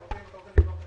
אם אתה רוצה, נבדוק את